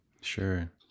Sure